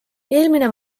eelmine